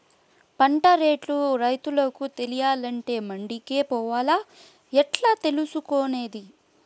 పంట రేట్లు రైతుకు తెలియాలంటే మండి కే పోవాలా? ఎట్లా తెలుసుకొనేది?